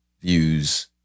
views